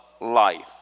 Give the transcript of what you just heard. life